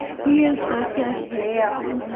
he is such a ham,